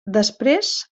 després